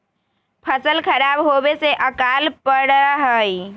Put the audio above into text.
फसल खराब होवे से अकाल पडड़ा हई